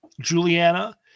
Juliana